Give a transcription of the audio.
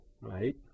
right